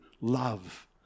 love